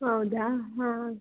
ಹೌದಾ ಹಾಂ